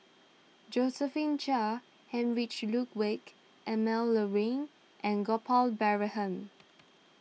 Josephine Chia Heinrich Ludwig Emil Luering and Gopal Baratham